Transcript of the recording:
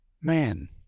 man